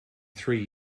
three